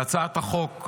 בהצעת החוק,